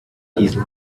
diesel